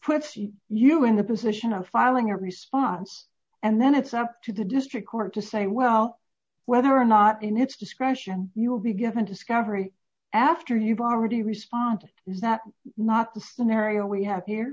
puts you in the position of filing a response and then it's up to the district court to say well whether or not in its discretion you will be given discovery after you've already responded is that not the scenario we have